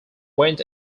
went